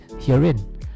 herein